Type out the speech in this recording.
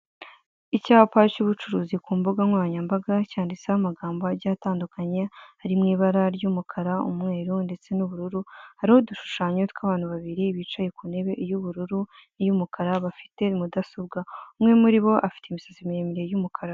Icyapa cy'ubucuruzi ku mbuga nkoranyambaga cyanditseho amagambo agiye atandukanye ari mu ibara ry'umukara, umweru ndetse n'ubururu hariho udushushanyo tw'abantu babiri bicaye ku ntebe y'ubururu iyo umukara bafite mudasobwa umwe muri bo afite imisatsi miremire y'umukara.